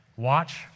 watch